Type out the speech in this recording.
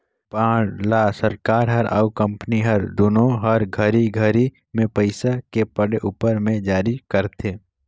bond ल सरकार हर अउ कंपनी हर दुनो हर घरी घरी मे पइसा के पड़े उपर मे जारी करथे